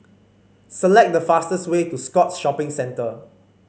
select the fastest way to Scotts Shopping Centre